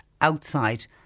outside